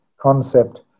concept